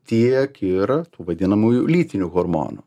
tiek ir tų vadinamųjų lytinių hormonų